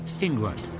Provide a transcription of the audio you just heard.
England